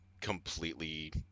completely